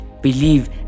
believe